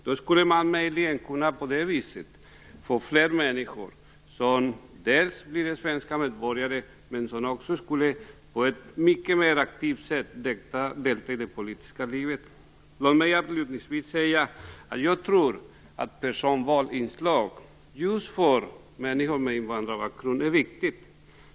Då skulle man möjligen få fler människor som vill bli svenska medborgare att på ett mycket mer aktivt sätt delta i det politiska livet. Låt mig avslutningsvis säga att jag tror att personvalsinslaget är viktigt just för människor med invandrarbakgrund.